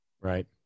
Right